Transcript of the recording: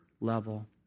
Level